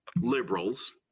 liberals